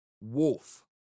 wolf